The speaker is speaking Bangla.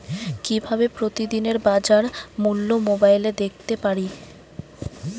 কিভাবে প্রতিদিনের বাজার মূল্য মোবাইলে দেখতে পারি?